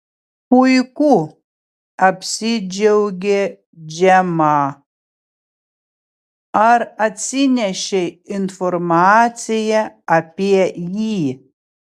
puiku apsidžiaugė džemą ar atsinešei informaciją apie jį